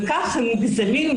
וכך הם "נגזלים",